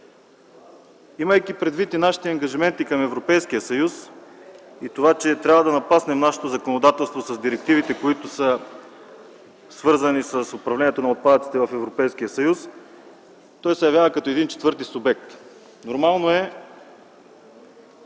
Имайки предвид и нашите ангажименти към Европейския съюз, и това, че трябва да напаснем нашето законодателство с директивите, които са свързани с управлението на отпадъците в Европейския съюз, той се явява като четвърти субект. Нормално е